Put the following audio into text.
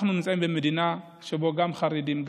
אנחנו נמצאים במדינה שבה נמצאים גם חרדים,